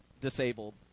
disabled